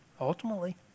Ultimately